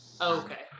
Okay